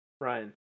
Ryan